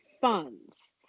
funds